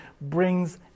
brings